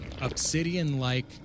obsidian-like